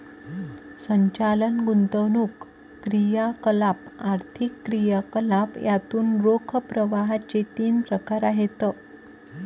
संचालन, गुंतवणूक क्रियाकलाप, आर्थिक क्रियाकलाप यातून रोख प्रवाहाचे तीन प्रकार आहेत